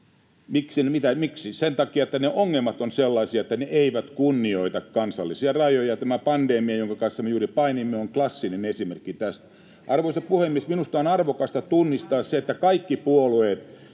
miksi? Sen takia, että ne ongelmat ovat sellaisia, että ne eivät kunnioita kansallisia rajoja. Tämä pandemia, jonka kanssa me juuri painimme, on klassinen esimerkki tästä. Arvoisa puhemies! Minusta on arvokasta tunnistaa se, että me kaikki —